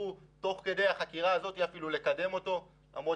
תוך כדי החקירה הזאת בחרו לקדם אותו למרות